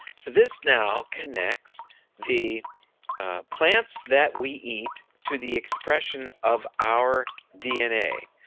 so this now connects the plants that we eat to the expression of our dna.